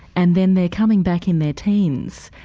and then they're coming back in their teens.